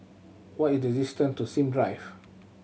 what is the distant to Sim Drive